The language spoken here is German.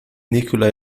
nikolai